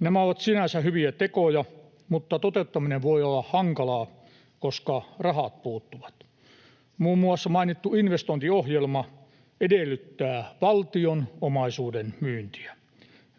Nämä ovat sinänsä hyviä tekoja, mutta toteuttaminen voi olla hankalaa, koska rahat puuttuvat. Muun muassa mainittu investointiohjelma edellyttää valtion omaisuuden myyntiä.